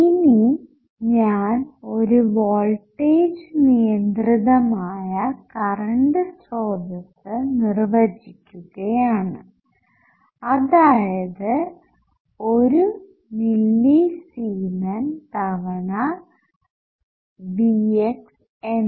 ഇനി ഞാൻ ഒരു വോൾടേജ് നിയന്ത്രിതമായ കറണ്ട് സ്രോതസ്സു നിർവചിക്കുകയാണ് അതായത് 1 മില്ലിസീമെൻ തവണ Vxഎന്ന്